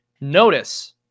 notice